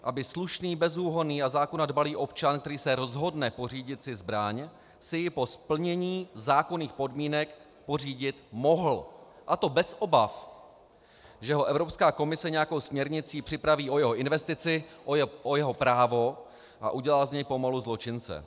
Aby slušný, bezúhonný a zákona dbalý občan, který se rozhodne pořídit si zbraň, si ji po splnění zákonných podmínek pořídit mohl, a to bez obav, že ho Evropská komise nějakou směrnici připraví o jeho investici, o jeho právo a udělá z něj pomalu zločince.